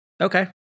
Okay